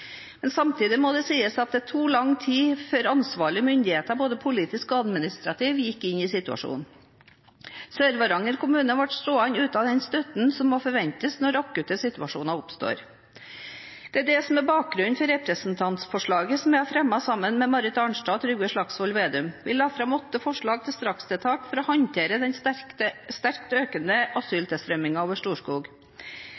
men samtidig må det sies at det tok lang tid før ansvarlige myndigheter, både politiske og administrative, gikk inn i situasjonen. Sør-Varanger kommune ble stående uten den støtten som må forventes når akutte situasjoner oppstår. Det er dette som er bakgrunnen for representantforslaget som jeg har fremmet sammen med Marit Arnstad og Trygve Slagsvold Vedum. Vi la fram åtte forslag til strakstiltak for å håndtere den sterkt økende asyltilstrømmingen over Storskog.